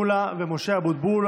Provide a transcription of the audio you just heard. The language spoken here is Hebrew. של חברי הכנסת פטין מולא ומשה אבוטבול.